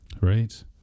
Right